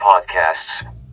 Podcasts